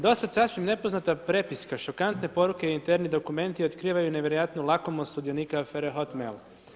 Dosad sasvim nepoznata prepiska, šokantne poruke i interni dokumenti otkrivaju nevjerojatnu lakomost sudionika afere „Hot mail“